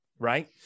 Right